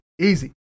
Easy